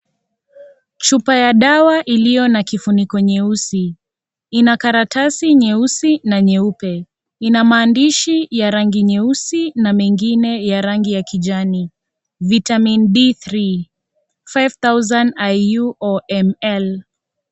Chupa ya dawa iliyo na kifuniko nyeusi ina karatasi nyeusi na nyeupe ina maandishi ya rangi nyeusi na mengine ya rangi ya kijani vitamin D3 5000IU; OML .